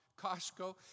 Costco